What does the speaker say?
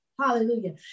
Hallelujah